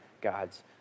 God's